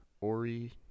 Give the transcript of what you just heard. Ori